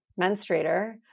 menstruator